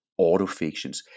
autofictions